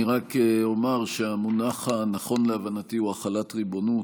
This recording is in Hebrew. אני רק אומר שהמונח הנכון להבנתי הוא החלת ריבונות,